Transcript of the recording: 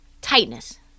tightness